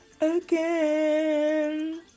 again